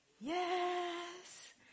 Yes